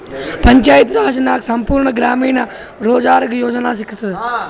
ಪಂಚಾಯತ್ ರಾಜ್ ನಾಗ್ ಸಂಪೂರ್ಣ ಗ್ರಾಮೀಣ ರೋಜ್ಗಾರ್ ಯೋಜನಾ ಸಿಗತದ